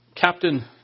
Captain